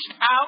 out